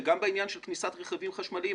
וגם בעניין של כניסת רכבים חשמליים,